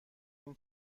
این